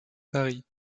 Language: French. paris